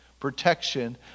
Protection